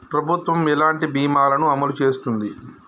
ప్రభుత్వం ఎలాంటి బీమా ల ను అమలు చేస్తుంది?